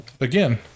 again